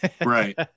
Right